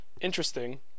interesting